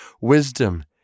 wisdom